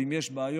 ואם יש בעיות,